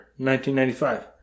1995